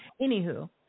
anywho